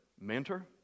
mentor